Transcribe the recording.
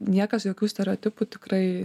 niekas jokių stereotipų tikrai